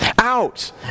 Out